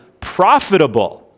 profitable